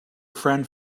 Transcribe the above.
friend